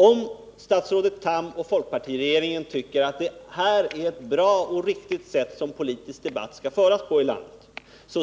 Om statsrådet Tham och folkpartiregeringen tycker att det är ett bra och riktigt sätt att föra politisk debatt i vårt land,